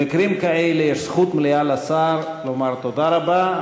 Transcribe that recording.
במקרים כאלה יש זכות מלאה לשר לומר: תודה רבה,